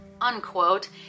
unquote